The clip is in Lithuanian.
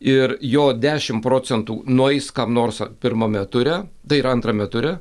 ir jo dešimt procentų nueis kam nors pirmame ture tai yra antrame ture